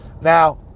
Now